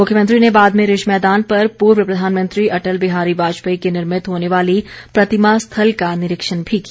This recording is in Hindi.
मुख्यमंत्री ने बाद में रिज मैदान पर पूर्व प्रधानमंत्री अटल बिहारी वाजपेयी की निर्मित होने वाली प्रतिमा स्थल का निरीक्षण भी किया